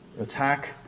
attack